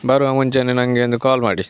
ಬರುವ ಮುಂಚೆನೇ ನಂಗೆ ಒಂದು ಕಾಲ್ ಮಾಡಿ